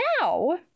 now